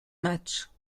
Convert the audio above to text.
matchs